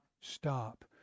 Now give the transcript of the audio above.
stop